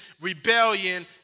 rebellion